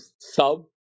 sub